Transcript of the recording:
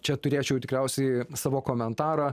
čia turėčiau tikriausiai savo komentarą